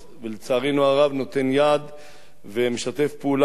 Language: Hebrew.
ולצערנו הרב נותן יד ומשתף פעולה עם תנועות